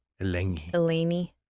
Eleni